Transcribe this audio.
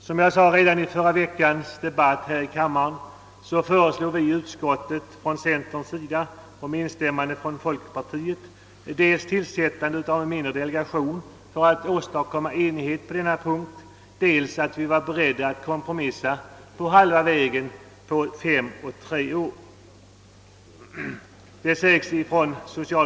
Som jag nämnde redan i förra veckans debatt här i kammaren föreslog vi i utskottet från centerns sida — med instämmande från folkpartiet — tillsättande av en mindre delegation för att åstadkomma enighet på denna punkt, och vi framhöll även att vi var beredda att kompromissa på halva vägen och godta fem respektive tre års övergångstid.